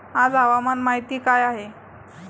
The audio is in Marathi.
आज हवामान माहिती काय आहे?